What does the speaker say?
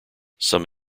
some